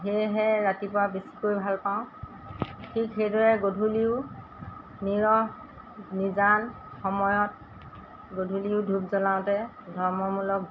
সেয়েহে ৰাতিপুৱা বেছিকৈ ভাল পাওঁ ঠিক সেইদৰে গধূলিও নিৰহ নিজান সময়ত গধূলিও ধূপ জ্বলাওঁতে ধৰ্মমূলক